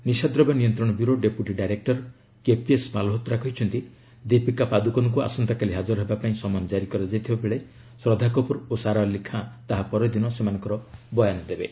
ନିଶାଦ୍ରବ୍ୟ ନିୟନ୍ତ୍ରଣ bureau deputy director KPS Malhotra କହିଛନ୍ତି ଦୀପିକା ପାଦୁକୋନଙ୍କୁ ଆସନ୍ତାକାଲି ହାଜର ହେବା ପାଇଁ ସମନ ଜାରି କରାଯାଇଥିବାବେଳେ ଶ୍ରଦ୍ଧା କପୁର ଓ ସାରା ଅଲ୍ଲୀ ଖାଁ ତାହା ପରଦିନ ସେମାନଙ୍କର ବୟାନ ଦେବେ